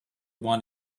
want